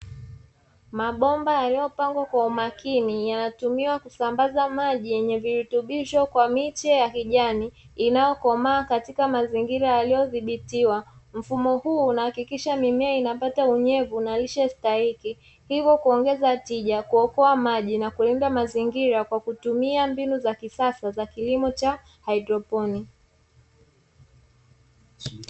Mabomba yaliyopangwa kwa umakini yatumiwa kusambaza maji yenye virutubisho kwa miche ya kijani inayokomaa katika mazingira yaliyodhibitiwa, mfumo huu unahakikisha mimea inapata unyevu na lishe stahiki hivyo kuongeza tija, kuokoa maji na kulinda mazingira kwa kutumia mbinu za kisasa za kilimo cha haidroponi.